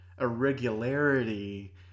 Irregularity